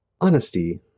Honesty